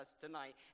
tonight